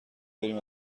بریم